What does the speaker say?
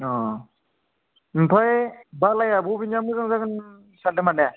अ ओमफ्राय बालाया बबेनिया मोजां जागोन सानदों माने